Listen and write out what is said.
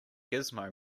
gizmo